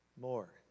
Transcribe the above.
more